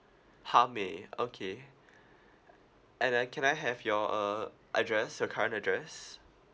ha mei okay and then can I have your uh address your current address